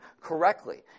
correctly